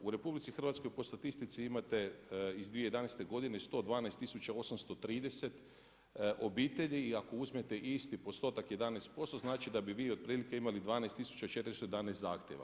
U RH po statistici imate iz 2011. godine 112830 obitelji i ako uzmete isti postotak 11%, znači da bi vi otprilike imali 12411 zahtjeva.